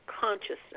consciousness